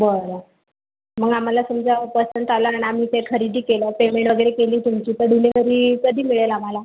बरं मग आम्हाला समजा पसंत आला आणि आम्ही ते खरेदी केलं पेमेंट वगैरे केली तुमची तर डिलिव्हरी कधी मिळेल आम्हाला